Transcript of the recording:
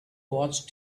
watched